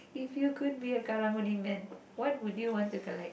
if you could be a Karang-Guni man what would you want to collect